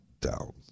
down